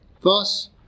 Thus